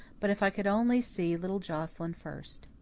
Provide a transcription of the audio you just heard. but if i could only see little joscelyn first!